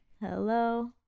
Hello